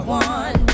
one